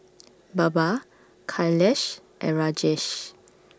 Baba Kailash and Rajesh